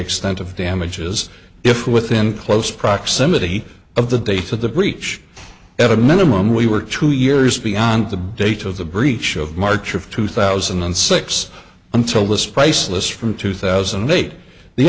extent of damages if within close proximity of the day to the breach at a minimum we were two years beyond the date of the breach of march of two thousand and six until this priceless from two thousand and eight the